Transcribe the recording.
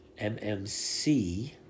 MMC